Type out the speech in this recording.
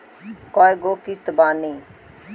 कय गो किस्त बानी?